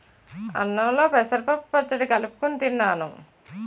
అన్నంలో పెసరపప్పు పచ్చడి కలుపుకొని తిన్నాను